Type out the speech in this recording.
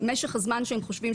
משך הזמן שהם חושבים,